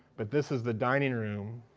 but this is the dining room,